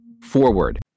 forward